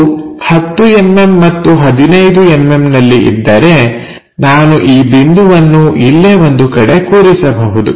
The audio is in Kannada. ಇದು 10mm ಮತ್ತು 15mm ನಲ್ಲಿ ಇದ್ದರೆ ನಾನು ಈ ಬಿಂದುವನ್ನು ಇಲ್ಲೇ ಒಂದು ಕಡೆ ಕೂರಿಸಬಹುದು